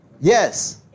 Yes